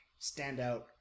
standout